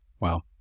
Wow